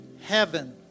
heaven